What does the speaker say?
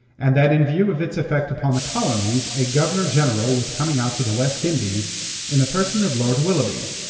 and that in view of its effect upon the colonies a governor-general was coming out to the west indies in the person of lord willoughby,